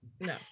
No